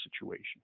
situation